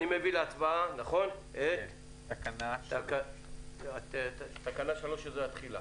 נצביע על תקנה 3, שהיא תקנת התחילה.